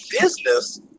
business